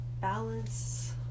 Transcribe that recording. balance